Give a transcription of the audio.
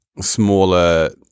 smaller